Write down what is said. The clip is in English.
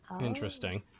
interesting